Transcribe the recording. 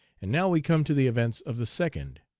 and now we come to the events of the second.